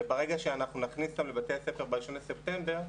וברגע שאנחנו נכניס אותם לבתי הספר ב-1 בספטמבר,